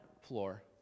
floor